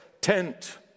tent